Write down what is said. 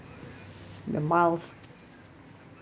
the miles